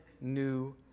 new